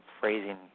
phrasing